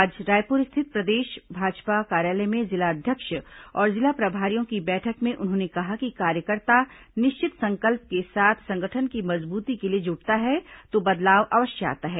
आज रायपुर स्थित प्रदेश भाजपा कार्यालय में जिला अध्यक्ष और जिला प्रभारियों की बैठक में उन्होंने कहा कि कार्यकर्ता निश्चित संकल्प के साथ संगठन की मजबूती के लिए जुटता है तो बदलाव अवश्य आता है